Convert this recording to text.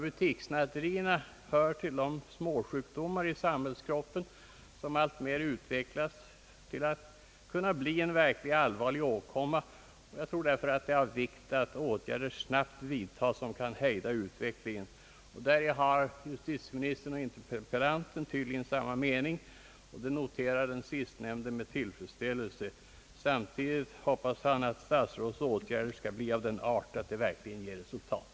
Butikssnatterierna hör till de småsjukdomar i samhällskroppen som alltmer utvecklats till att bli en verkligt allvarlig åkomma, och jag tror därför att det är av vikt att åtgärder snabbt vidtas för att hejda utvecklingen. Däri har justitieministern och interpellanten tydligen samma mening, och det noterar den sistnämnde med tillfredsställelse. Samtidigt hoppas han att statsrådets åtgärder skall bli av den art att de verkligen ger resultat.